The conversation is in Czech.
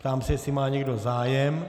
Ptám se, jestli má někdo zájem.